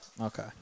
Okay